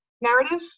narrative